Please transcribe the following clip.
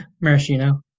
maraschino